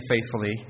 faithfully